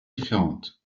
différentes